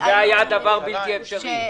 זה היה דבר בלתי אפשרי.